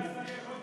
אדוני השר,